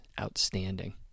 outstanding